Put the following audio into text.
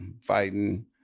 fighting